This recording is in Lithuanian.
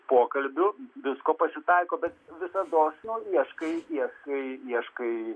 pokalbių visko pasitaiko bet visados nu ieškai ieškai ieškai